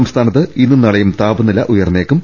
സംസ്ഥാനത്ത് ഇന്നും നാളെയും താപനില ഉയർന്നേക്കും